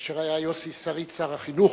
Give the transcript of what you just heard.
כאשר היה יוסי שריד שר החינוך,